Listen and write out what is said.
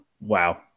Wow